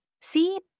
See